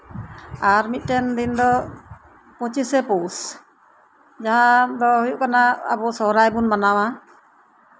ᱟᱨ ᱢᱤᱫᱴᱮᱱ ᱫᱤᱱ ᱫᱚ ᱯᱚᱸᱪᱤᱥᱮ ᱯᱳᱥ ᱡᱟᱸᱦᱟ ᱫᱚ ᱦᱩᱭᱩᱜ ᱠᱟᱱᱟ ᱟᱵᱚ ᱥᱚᱦᱨᱟᱭ ᱵᱚᱱ ᱢᱟᱱᱟᱣᱟ